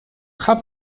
half